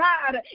God